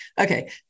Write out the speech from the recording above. Okay